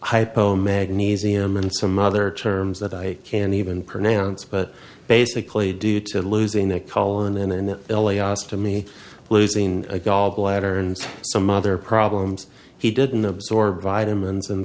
hypo magnesium and some other terms that i can't even pronounce but basically due to losing that call and then the l a ostomy losing gallbladder and some other problems he didn't absorb vitamins and